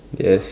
yes